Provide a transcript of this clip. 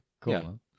cool